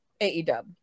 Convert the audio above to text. AEW